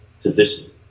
position